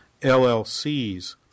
LLCs